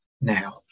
now